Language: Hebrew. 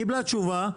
קיבלה תשובה.